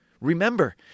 Remember